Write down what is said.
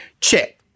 check